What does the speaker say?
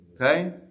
Okay